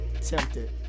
Tempted